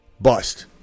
bust